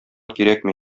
кирәкми